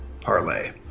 parlay